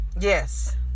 yes